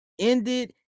ended